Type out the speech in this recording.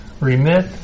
remit